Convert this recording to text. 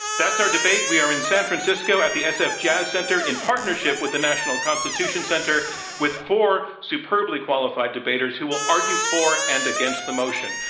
that's our debate. we are in san francisco at the sf jazz center in partnership with the national constitution center with four superbly qualified debaters who will argue for and against the motion.